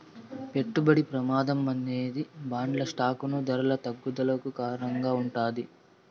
పెట్టుబడి ప్రమాదం అనేది బాండ్లు స్టాకులు ధరల తగ్గుదలకు కారణంగా ఉంటాది